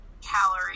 calorie